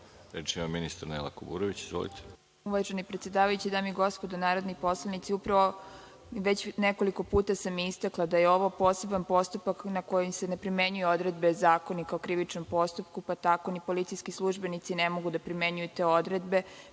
ima ministar Nela Kuburović. Izvolite. **Nela Kuburović** Uvaženi predsedavajući, dame i gospodo narodni poslanici, upravo već nekoliko puta sam istakla da je ovo poseban postupak na koji se ne primenjuju odredbe Zakonika o krivičnom postupku, pa tako ni policijski službenici ne mogu da primenjuju te odredbe,